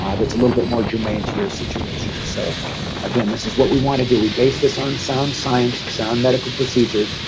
that's a little bit more germane to your situation. so again, this is what we want to do we base this on sound science sound medical procedure